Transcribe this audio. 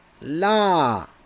La